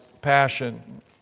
passion